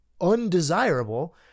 undesirable